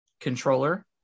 controller